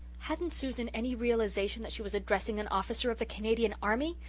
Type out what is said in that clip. hadn't susan any realization that she was addressing an officer of the canadian army?